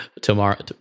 tomorrow